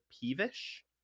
peevish